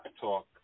talk